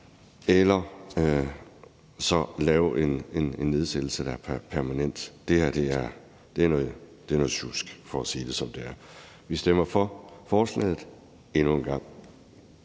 eller lave en nedsættelse, der er permanent. Det her er noget sjusk, for at sige det, som det er. Vi stemmer for forslaget endnu en gang.